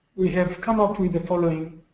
we have come out with the following